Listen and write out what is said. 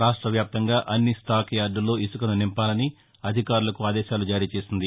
రాష్ట వ్యాప్తంగా అన్ని స్టాక్ యార్దుల్లో ఇసుకను నింపాలని అధికారులకు ఆదేశాలు జారీ చేసింది